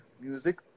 music